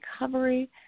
Recovery